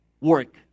work